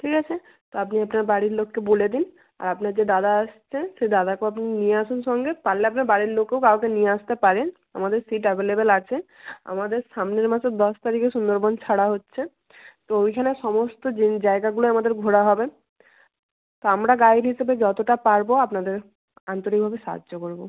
ঠিক আছে তো আপনি আপনার বাড়ির লোককে বলে দিন আর আপনার যে দাদা আসছে সে দাদাকেও আপনি নিয়ে আসুন সঙ্গে পারলে আপনার বাড়ির লোকও কাউকে নিয়ে আসতে পারেন আমাদের সিট অ্যাভেলেবল আছে আমাদের সামনের মাসের দশ তারিখে সুন্দরবন ছাড়া হচ্ছে তো ওইখানে সমস্ত যেই জায়গাগুলো আমাদের ঘোরা হবে তো আমরা গাইড হিসেবে যতটা পারব আপনাদের আন্তরিকভাবে সাহায্য করব